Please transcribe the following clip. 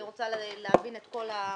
אני רוצה להבין את כל התמונה.